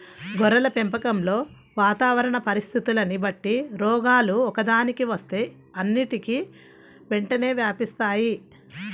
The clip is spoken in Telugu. గొర్రెల పెంపకంలో వాతావరణ పరిస్థితులని బట్టి రోగాలు ఒక్కదానికి వస్తే అన్నిటికీ వెంటనే వ్యాపిస్తాయి